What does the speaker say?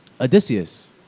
Odysseus